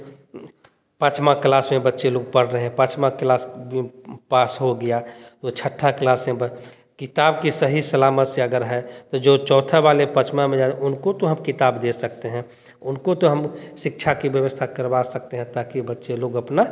पाँचवीं क्लास में बच्चे लोग पढ़ रहें पाचमा क्लास पास हो गया वह छठी क्लास में ब किताब के सही सलामत से अगर है तो जो चौथा वाले पाँचवीं में जाते उनको तो हम किताब दे सकते हैं उनको तो हम शिक्षा की व्यवस्था करवा सकते हैं ताकि बच्चे लोग अपना